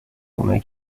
اونایی